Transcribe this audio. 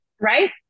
Right